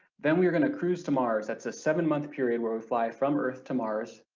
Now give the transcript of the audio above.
then we're going to cruise to mars, that's a seven month period where we fly from earth to mars,